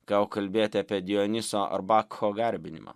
ką jau kalbėti apie dioniso ar bakcho garbinimą